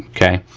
okay.